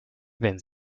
wenn